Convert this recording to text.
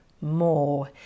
more